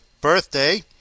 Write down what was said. birthday